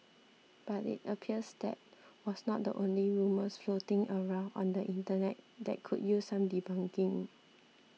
but it appears that was not the only rumours floating around on the Internet that could use some debunking